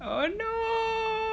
oh no